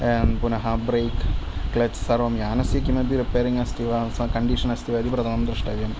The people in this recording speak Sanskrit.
पुनः ब्रेक् क्लच् सर्वं यानस्य किमपि रिपैरिङ्ग् अस्ति वा कण्डिषन् अस्ति वा प्रथमं द्रष्टव्यम्